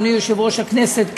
אדוני יושב-ראש הכנסת,